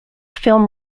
film